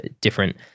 different